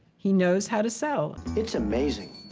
he knows how to sell. it's amazing.